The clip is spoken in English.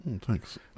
Thanks